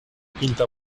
pinta